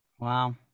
Wow